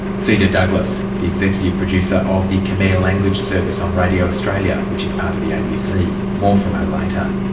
seda douglas, the executive producer of the khmer language service on radio australia, which is part of the abc. more from her later.